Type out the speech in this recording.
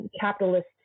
capitalist